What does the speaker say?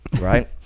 right